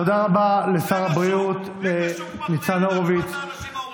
אתה חושב שרק אני צורח פה.